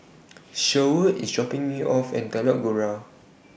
Sherwood IS dropping Me off At Telok Kurau